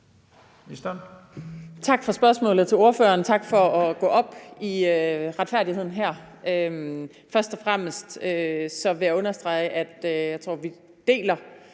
i stand